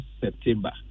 September